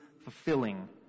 fulfilling